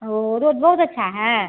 वह रोड बहुत अच्छी है